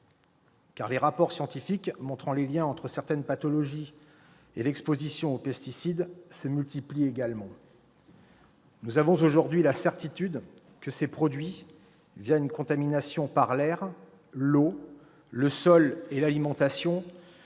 Car les rapports scientifiques montrant les liens entre certaines pathologies et l'exposition aux pesticides se multiplient également. Nous avons aujourd'hui la certitude que ces produits, une contamination par l'air, l'eau, le sol et l'alimentation,